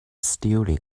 stealing